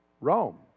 Rome